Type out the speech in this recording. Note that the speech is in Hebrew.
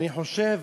אני חושב